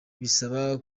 bisaba